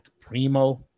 Primo